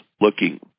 looking